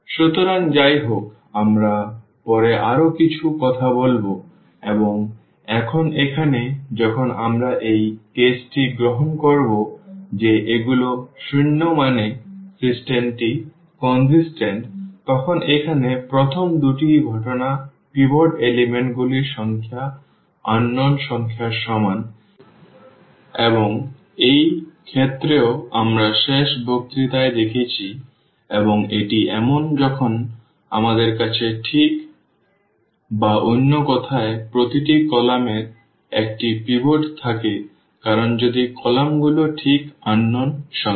সুতরাং যাই হোক আমরা পরে আরও কিছু কথা বলব এবং এখন এখানে যখন আমরা এই কেসটি গ্রহণ করব যে এগুলো শূন্য মানে সিস্টেমটি সামঞ্জস্যপূর্ণ তখন এখানে প্রথম দুটি ঘটনা রয়েছে পিভট উপাদানগুলির সংখ্যা অজানা সংখ্যার সমান এবং এই ক্ষেত্রেও আমরা শেষ বক্তৃতায় দেখেছি এবং এটি এমন যখন আমাদের কাছে ঠিক বা অন্য কথায় প্রতিটি কলাম এর একটি পিভট থাকে কারণ যদি কলামগুলি ঠিক অজানা সংখ্যা